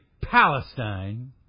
Palestine